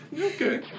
Okay